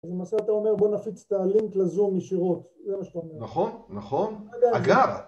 אז למעשה אתה אומר בוא נפיץ את הלינק לזום ישירות, זה מה שאתה אומר. נכון, נכון, אגב.